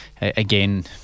Again